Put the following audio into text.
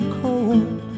cold